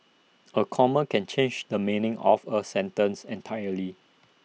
A comma can change the meaning of A sentence entirely